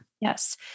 Yes